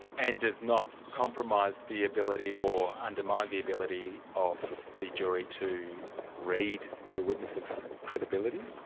and does not compromise the ability or undermine the ability of the jury to read the witness's credibility?